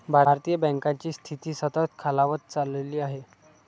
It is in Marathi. भारतीय बँकांची स्थिती सतत खालावत चालली आहे